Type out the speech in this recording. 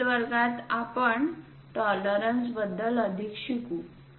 पुढील वर्गात आपण टॉलरन्स बद्दल अधिक शिकू